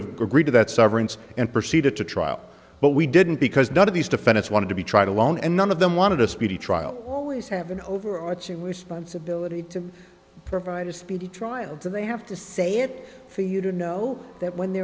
that severance and proceed to trial but we didn't because none of these defendants wanted to be tried a loan and none of them wanted a speedy trial always have an overarching responsibility to provide a speedy trial to they have to say it for you to know that when they